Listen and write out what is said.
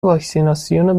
واکسیناسیون